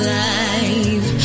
life